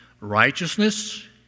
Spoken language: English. Righteousness